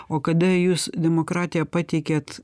o kada jūs demokratiją pateikėt